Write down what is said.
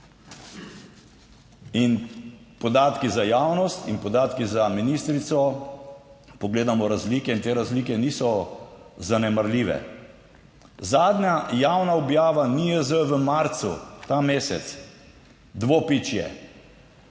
In podatki za javnost in podatki za ministrico, pogledamo razlike in te razlike niso zanemarljive. Zadnja javna objava NIJZ v marcu ta mesec: vseh